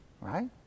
Right